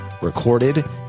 recorded